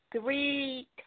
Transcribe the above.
three